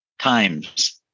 times